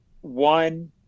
one